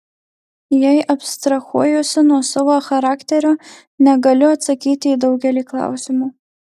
jei abstrahuojuosi nuo savo charakterio negaliu atsakyti į daugelį klausimų